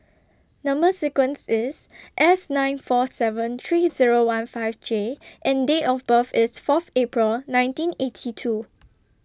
Number sequence IS S nine four seven three Zero one five J and Date of birth IS Fourth April nineteen eighty two